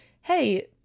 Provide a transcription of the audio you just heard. hey